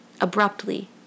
abruptly